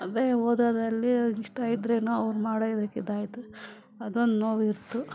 ಅದೇ ಓದದಲ್ಲಿ ಇಷ್ಟ ಇದ್ರೆನೋ ಅವರು ಮಾಡಿದಕ್ಕೆ ಇದಾಯಿತು ಅದೊಂದು ನೋವಿತ್ತು